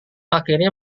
akhirnya